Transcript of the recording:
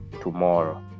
tomorrow